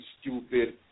stupid